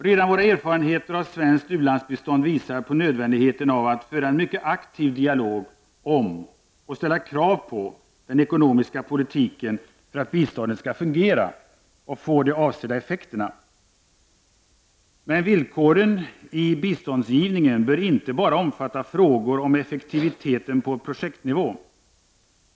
Redan våra erfarenheter av svenskt u-landsbistånd visar på nödvändigheten av att föra en mycket aktiv dialog om, och ställa krav på, den ekonomiska politiken för att biståndet skall fungera och få de avsedda effekterna. Men villkoren i biståndsgivningen bör inte bara omfatta frågor om effektiviteten på projektnivå.